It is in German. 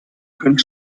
können